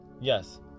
yes